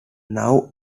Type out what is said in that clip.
now